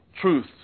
truth